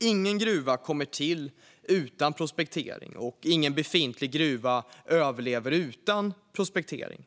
Ingen gruva kommer till utan prospektering, och ingen befintlig gruva överlever utan prospektering.